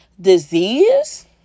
disease